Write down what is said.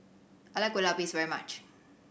I like Kueh Lapis very much